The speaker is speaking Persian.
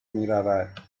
میرود